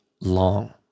long